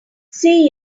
see